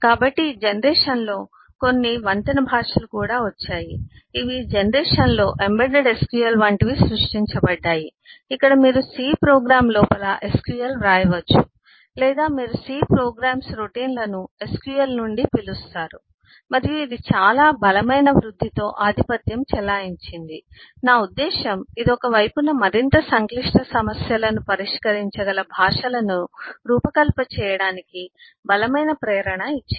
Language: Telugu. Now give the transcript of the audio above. కాబట్టి ఈ జనరేషన్లో కొన్ని వంతెన భాషలు కూడా ఉన్నాయి ఇవి ఈ జనరేషన్లో ఎంబెడెడ్ SQL వంటివి సృష్టించబడ్డాయి ఇక్కడ మీరు C ప్రోగ్రామ్ లోపల SQL వ్రాయవచ్చు లేదా మీరు C ప్రోగ్రామ్స్ రొటీన్లను SQL నుండి పిలుస్తారు మరియు ఇది చాలా బలమైన వృద్ధితో ఆధిపత్యం చెలాయించింది నా ఉద్దేశ్యం ఇది ఒక వైపున మరింత సంక్లిష్ట సమస్యలను పరిష్కరించగల భాషలను రూపకల్పన చేయటానికి బలమైన ప్రేరణ ఇచ్చింది